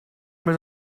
més